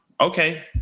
okay